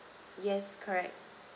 yes correct